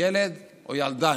ילד או ילדה,